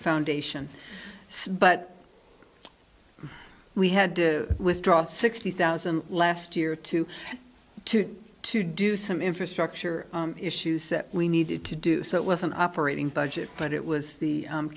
foundation but we had to withdraw sixty thousand last year to two to do some infrastructure issues that we needed to do so it was an operating budget but it was the